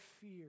fear